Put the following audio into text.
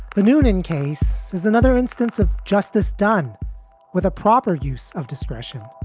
the newton case is another instance of justice done with a proper use of discretion.